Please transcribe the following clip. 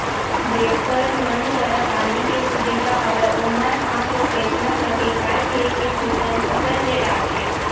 जेखर मन करा पानी के सुबिधा हवय ओमन ह तो कइसनो करके खाय पींए के पुरतन फसल ले डारथे